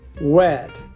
wet